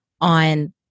on